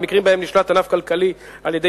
במקרים שבהם נשלט ענף כלכלי על-ידי